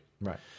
Right